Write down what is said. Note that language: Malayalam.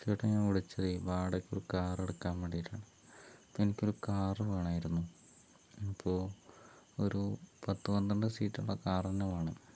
ചേട്ടാ ഞാൻ വിളിച്ചത് വാടകയ്ക്ക് കാർ എടുക്കാൻ വേണ്ടീട്ടാണ് എനിക്കൊരു കാർ വേണമായിരുന്നു ഇപ്പൊൾ ഒരു പത്തു പണ്ട്രഡ് സീറ്റ് ഉള്ള കാർ തന്നെ വേണം